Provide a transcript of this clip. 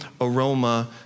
aroma